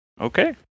okay